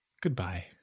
Goodbye